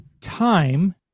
time